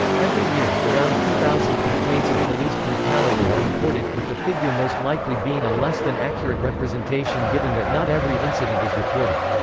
every year, around two thousand complaints of police brutality are reported, with the figure most likely being a less than accurate representation given that not every incident is reported.